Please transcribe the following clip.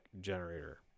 generator